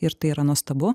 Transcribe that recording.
ir tai yra nuostabu